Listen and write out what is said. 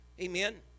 Amen